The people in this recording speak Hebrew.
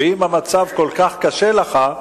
ואם המצב כל כך קשה לך,